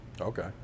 Okay